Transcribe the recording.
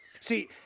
See